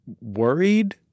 worried